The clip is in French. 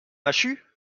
machut